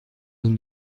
nous